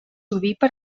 ovípar